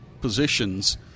positions